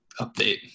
update